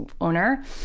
owner